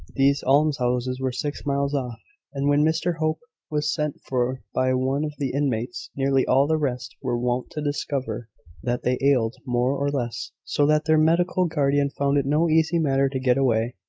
these almshouses were six miles off and when mr hope was sent for by one of the inmates, nearly all the rest were wont to discover that they ailed more or less so that their medical guardian found it no easy matter to get away,